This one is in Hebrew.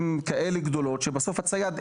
הן כאלה גדולות שבסוף הצייד,